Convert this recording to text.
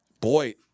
Boy